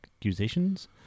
accusations